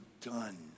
done